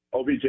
OBJ